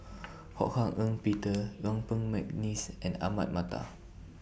Ho Hak Ean Peter Yuen Peng Mcneice and Ahmad Mattar